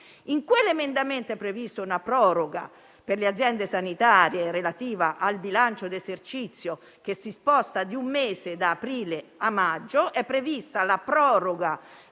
In quell'emendamento è prevista una proroga per le aziende sanitarie relativa al bilancio d'esercizio, che si sposta di un mese, da aprile a maggio. È prevista la proroga